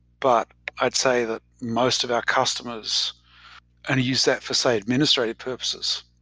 but i'd say that most of our customers and use that for say, administrative purposes.